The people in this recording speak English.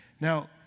Now